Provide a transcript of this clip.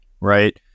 right